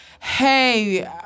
hey